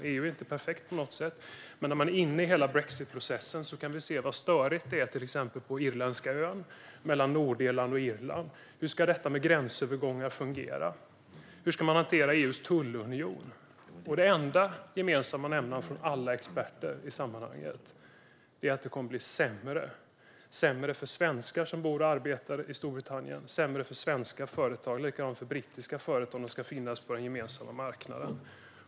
EU är inte perfekt på något sätt, men när man är inne i hela brexitprocessen kan vi se hur stökigt det är till exempel på den irländska ön, mellan Nordirland och Irland. Hur ska detta med gränsövergångar fungera? Hur ska man hantera EU:s tullunion? Den enda gemensamma nämnaren i det alla experter säger i sammanhanget är att det kommer att bli sämre. Det kommer att bli sämre för svenskar som bor och arbetar i Storbritannien och sämre för svenska företag. Det är likadant för brittiska företag om de ska finnas på den gemensamma marknaden.